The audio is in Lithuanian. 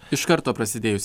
iš karto prasidėjus